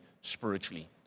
spiritually